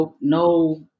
no